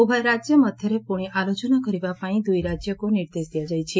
ଉଭୟ ରାଜ୍ୟ ମଧରେ ପୁଶି ଆଲୋଚନା କରିବା ପାଇଁ ଦୁଇ ରାଜ୍ୟକୁ ନିର୍ଦ୍ଦେଶ ଦିଆଯାଇଛି